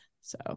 So-